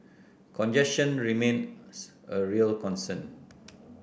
congestion remains a real concern